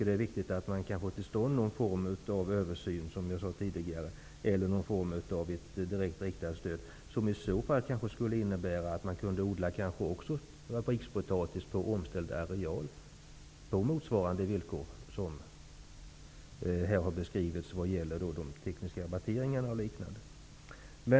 Det är viktigt att få till stånd någon form av översyn, som jag tidigare sade, eller någon form av direkt riktat stöd som i så fall kanske kunde innebära att man också kunde odla rikspotatis på omställd areal på motsvarande villkor som här har beskrivits vad gäller de tekniska rabatteringarna och liknande.